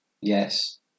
Yes